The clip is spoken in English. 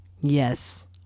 Yes